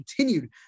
continued